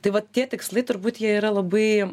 tai vat tie tikslai turbūt jie yra labai